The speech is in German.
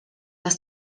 dass